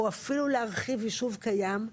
או אפילו להרחיב ישוב קיים,